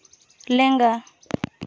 ᱞᱮᱸᱜᱟ